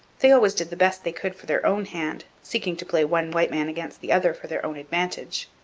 they always did the best they could for their own hand, seeking to play one white man against the other for their own advantage.